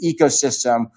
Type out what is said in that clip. ecosystem